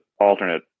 alternate